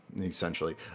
essentially